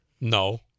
No